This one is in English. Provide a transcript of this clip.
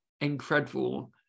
incredible